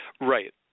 Right